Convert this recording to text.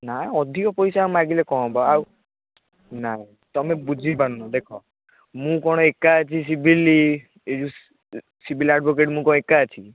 ନାଇ ଅଧିକ ପଇସା ମାଗିଲେ କ'ଣ ହେବ ଆଉ ନାଇ ତୁମେ ବୁଝି ପାରୁନ ଦେଖ ମୁଁ କ'ଣ ଏକା ଅଛି ସିଭିଲ୍ ଏଇ ଯୋଉ ସିଭିଲ୍ ଆଡଭୋକେଟ୍ ମୁଁ କ'ଣ ଏକା ଅଛି କି